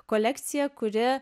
kolekciją kuri